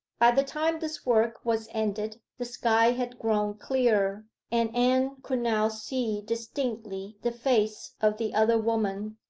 by the time this work was ended the sky had grown clearer, and anne could now see distinctly the face of the other woman,